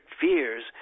fears